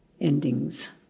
Endings